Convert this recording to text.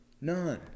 None